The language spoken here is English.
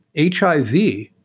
HIV